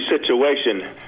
situation